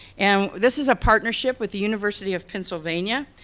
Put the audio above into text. and this is a partnership with the university of pennsylvania.